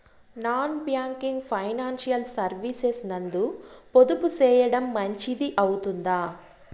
Non banking financial services నందు పొదుపు సేయడం మంచిది అవుతుందా?